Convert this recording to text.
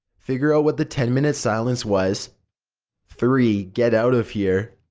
figure out what the ten minute silence was three. get out of here.